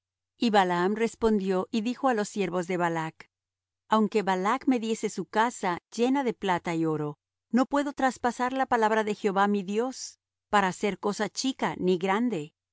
y balaam respondió y dijo á los siervos de balac aunque balac me diese su casa llena de plata y oro no puedo traspasar la palabra de jehová mi dios para hacer cosa chica ni grande